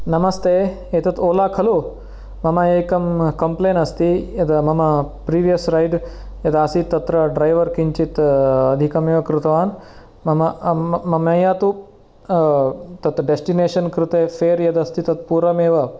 नमस्ते एतत् ओला खलु मम एकं कम्प्लेन् अस्ति यद् मम प्रीवियस् रैड् यदासीत् तत्र ड्रैवर् किञ्चित् अधिकमेव कृतवान् मया तु तत् डेस्टिनेषन् कृते फ़ेर् यदस्ति तत् पूर्वमेव